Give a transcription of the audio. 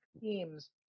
teams